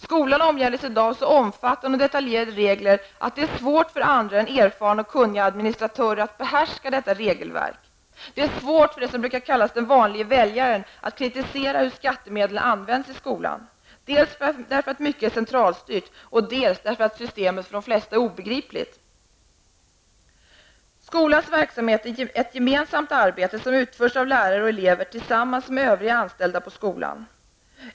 Skolan omgärdas i dag av så omfattande och detaljerade regler att det är svårt för andra än erfarna och kunniga administratörer att behärska detta regelverk. Det är svårt för den ''vanlige väljaren'' att kritisera hur skattemedlen används i skolan, dels därför att mycket är centralstyrt, dels därför att systemet för de flesta är obegripligt. Skolans verksamhet är ett gemensamt arbete som utförs av lärare och elever tillsammans med övriga anställda på skolan.